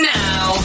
now